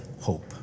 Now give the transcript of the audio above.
hope